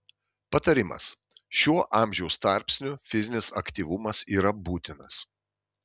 patarimas šiuo amžiaus tarpsniu fizinis aktyvumas yra būtinas